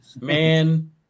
Man